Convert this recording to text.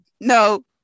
No